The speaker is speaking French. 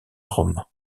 rome